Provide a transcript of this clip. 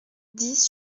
dix